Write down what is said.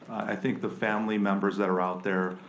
i think the family members that are out there,